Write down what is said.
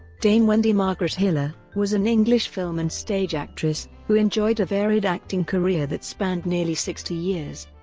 dame wendy margaret hiller, was an english film and stage actress, who enjoyed a varied acting career that spanned nearly sixty years.